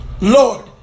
Lord